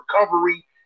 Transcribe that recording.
recovery